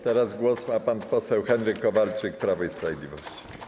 Teraz głos ma pan poseł Henryk Kowalczyk, Prawo i Sprawiedliwość.